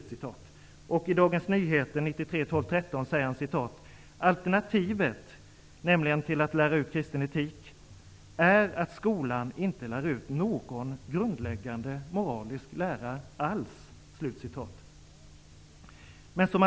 Torbjörn Tännsjö: ''Alternativet är att skolan inte lär ut någon grundläggande moralisk lära alls.'' Det gäller alltså alternativet till att lära ut kristen etik.